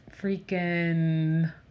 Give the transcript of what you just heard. Freaking